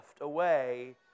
away